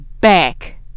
Back